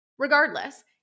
Regardless